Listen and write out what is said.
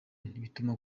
bituma